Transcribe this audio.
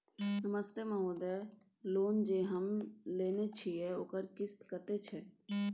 नमस्ते महोदय, लोन जे हम लेने छिये ओकर किस्त कत्ते छै?